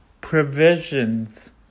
provisions